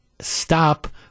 stop